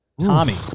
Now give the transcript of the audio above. Tommy